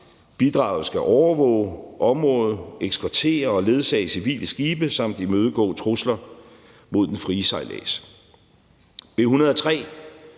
Bidraget skal overvåge området, ekskortere og ledsage civile skibe samt imødegå trusler mod den frie sejlads.